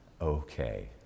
okay